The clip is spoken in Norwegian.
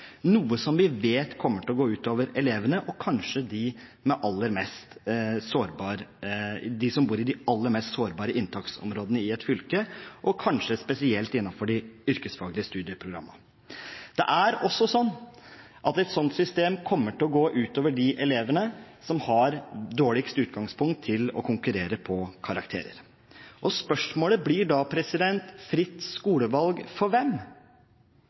noe som vi vet kommer til å gå ut over elevene og kanskje dem som bor i de aller mest sårbare inntaksområdene i et fylke, og kanskje spesielt innenfor de yrkesfaglige studieprogrammene. Det er også sånn at et sånt system kommer til å gå ut over de elevene som har dårligst utgangspunkt til å konkurrere på karakterer. Og spørsmålet blir da: fritt skolevalg for hvem?